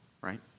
right